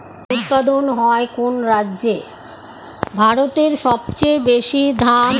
ভারতের সবচেয়ে বেশী ধান উৎপাদন হয় কোন রাজ্যে?